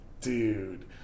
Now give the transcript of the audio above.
dude